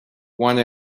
one